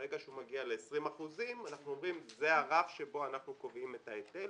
ברגע שהוא מגיע ל-20% אנחנו אומרים שזה הרף שבו אנחנו קובעים את ההיטל.